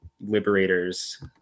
liberators